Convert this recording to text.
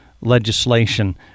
legislation